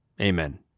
amen